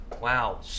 Wow